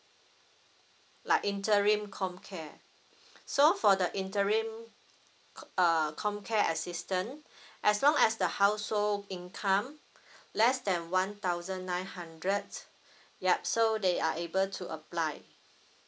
like interim comcare so for the interim com err comcare assistant as long as the household income less than one thousand nine hundred yup so they are able to apply